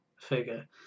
figure